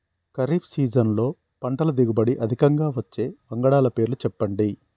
ఖరీఫ్ సీజన్లో పంటల దిగుబడి అధికంగా వచ్చే వంగడాల పేర్లు చెప్పండి?